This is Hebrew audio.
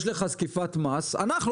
יש לך זקיפת מס אנחנו,